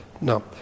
No